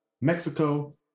Mexico